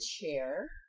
chair